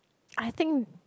I think